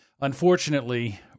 unfortunately